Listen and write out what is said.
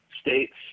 states